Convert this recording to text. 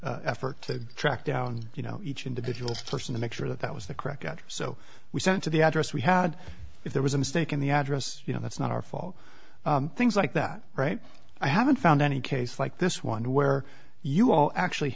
exorbitant effort to track down you know each individual person to make sure that that was the correct so we sent to the address we had if there was a mistake in the address you know that's not our fault things like that right i haven't found any case like this one where you all actually